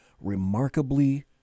remarkably